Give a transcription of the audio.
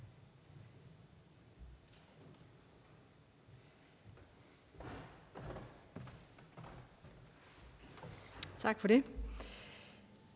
Tak for det.